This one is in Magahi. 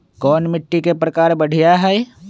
कोन मिट्टी के प्रकार बढ़िया हई?